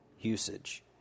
usage